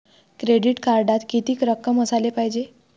Credit कार्डात कितीक रक्कम असाले पायजे?